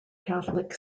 catholic